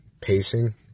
pacing